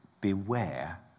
Beware